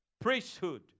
Priesthood